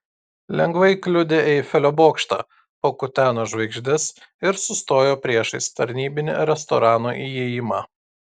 lengvai kliudė eifelio bokštą pakuteno žvaigždes ir sustojo priešais tarnybinį restorano įėjimą